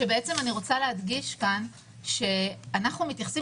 אני רוצה להדגיש כאן שאנחנו מתייחסים